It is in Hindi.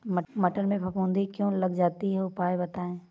मटर में फफूंदी क्यो लग जाती है उपाय बताएं?